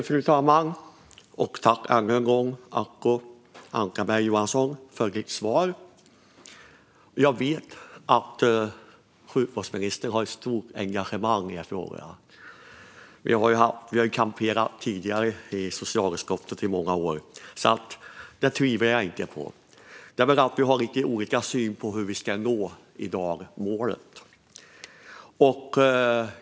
Fru talman! Tack, ännu en gång, Acko Ankarberg Johansson, för ditt svar! Jag vet att sjukvårdsministern har ett stort engagemang i frågan. Vi har kamperat ihop tidigare i socialutskottet i många år, så jag tvivlar inte på engagemanget. Vi har väl lite olika syn på hur vi ska nå målet.